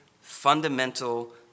fundamental